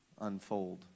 unfold